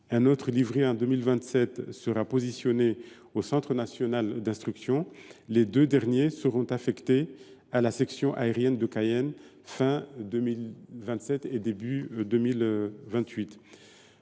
un autre, livré en 2027, sera positionné au centre national d’instruction ; les deux derniers seront affectés à la section aérienne de Cayenne à la fin 2027 et au début 2028.